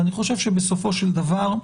ואני חושב שבסופו של דבר,